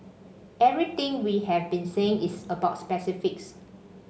everything we have been saying is about specifics